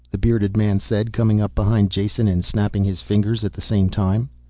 the bearded man said, coming up behind jason and snapping his fingers at the same time.